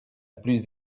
plus